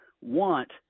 want